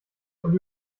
und